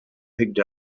picked